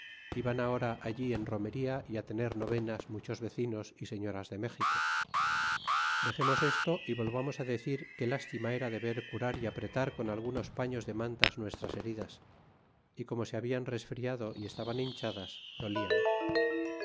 van ahora allí en romería y tener novenas muchos vecinos y señoras de méxico dexemos esto y volvamos á decir qué lástima era de ver curar y apretar con algunos paños de mantas nuestras heridas y como se habían resfriado y estaban hinchadas dolian